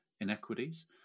inequities